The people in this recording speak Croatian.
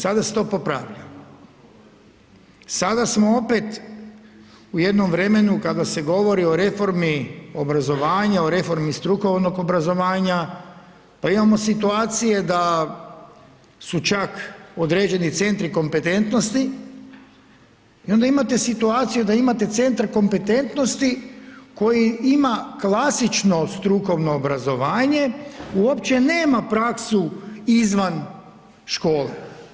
Sada se to popravlja, sada smo opet u jednom vremenu kad se govori o reformi obrazovanja o reformi strukovnog obrazovanja pa imamo situacije da su čak određeni centri kompetentnosti i onda imate situaciju da imate centar kompetentnosti koji ima klasično strukovno obrazovanje, uopće nema praksu izvan škole.